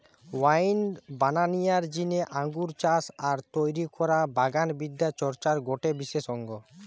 wine বানানিয়ার জিনে আঙ্গুর চাষ আর তৈরি করা বাগান বিদ্যা চর্চার গটে বিশেষ অঙ্গ